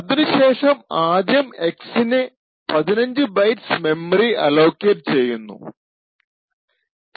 അതിനുശേഷം ആദ്യം X ന് 15 ബൈറ്റ്സ് മെമ്മറി അലൊക്കേറ്റ് എംഅലോക് ചെയ്യുന്നു